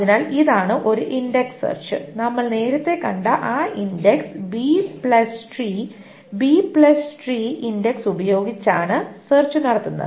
അതിനാൽ എന്താണ് ഒരു ഇൻഡക്സ് സെർച്ച് നമ്മൾ നേരത്തെ കണ്ട ആ index B plus tree B tree B plus tree B tree index ഉപയോഗിച്ചാണ് സെർച്ച് നടത്തുന്നത്